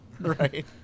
Right